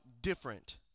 different